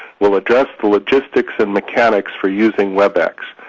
will address the logistics and mechanics for using webex.